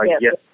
Yes